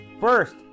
First